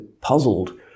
puzzled